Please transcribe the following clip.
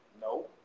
No